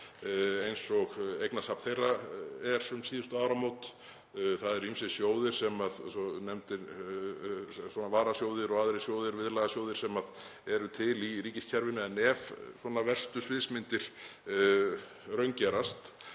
eins og eignasafn hennar er um síðustu áramót. Það eru ýmsir sjóðir, varasjóðir og aðrir sjóðir, viðlagasjóðir sem eru til í ríkiskerfinu, en ef verstu sviðsmyndir raungerast